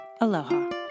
Aloha